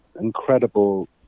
incredible